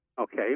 Okay